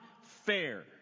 fair